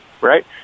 right